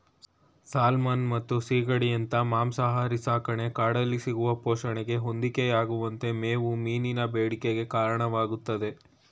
salmon ಮತ್ತು ಸೀಗಡಿಯಂತ ಮಾಂಸಾಹಾರಿ ಸಾಕಣೆ ಕಾಡಲ್ಲಿ ಸಿಗುವ ಪೋಷಣೆಗೆ ಹೊಂದಿಕೆಯಾಗುವಂತೆ ಮೇವು ಮೀನಿನ ಬೇಡಿಕೆಗೆ ಕಾರಣವಾಗ್ತದೆ